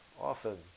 often